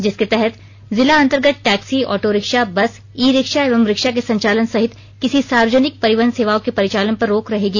जिसके तहत जिला अंतर्गत taxi auto rickshaw bus e rickshaw एवं रिक्शा के संचालन सहित किसी सार्यजनिक परिवहन सेवाओं के परिचालन पर रोक रहेगी